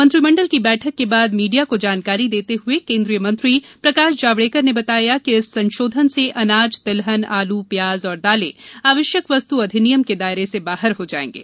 मंत्रिमंडल की बैठक के बाद मीडिया को जानकारी देते हए केंद्रीय मंत्री प्रकाश जावडेकर ने बताया कि इस संशोधन से अनाज तिलहन आलू प्यााज और दालें आवश्यक वस्तु अधिनियम के दायरे से बाहर हो जाएंगे